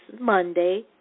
Monday